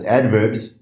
adverbs